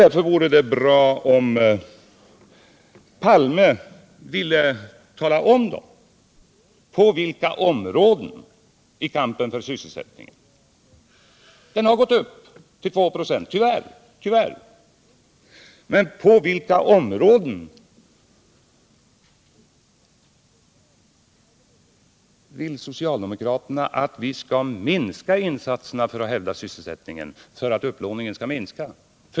Det vore därför bra om herr Palme ville tala om inom vilka områden socialdemokraterna vill att vi skall minska insatserna när det gäller att hävda sysselsättningen — arbetslösheten har tyvärr stigit med 2 96 — så att upplåningen kan minskas.